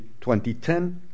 2010